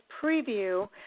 preview